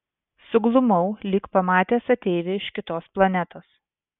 suglumau lyg pamatęs ateivį iš kitos planetos